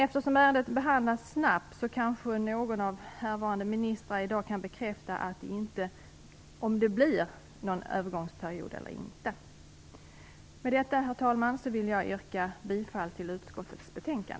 Eftersom ärendet behandlats snabbt kanske någon av härvarande ministrar kan bekräfta att det inte blir någon övergångsperiod. Med detta, herr talman, yrkar jag bifall till utskottets hemställan.